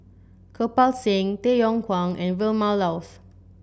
Kirpal Singh Tay Yong Kwang and Vilma Laus